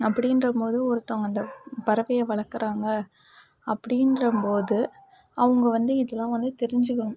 அப்படின்றம்மோது ஒருத்தங்க அந்த பறவையை வளர்க்குறாங்க அப்படின்றம்போது அவங்க வந்து இதுலாம் வந்து தெரிஞ்சுக்கணும்